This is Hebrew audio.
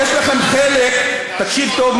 תקשיב טוב,